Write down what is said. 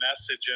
message